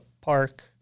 park